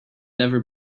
never